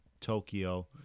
Tokyo